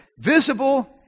visible